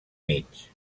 mig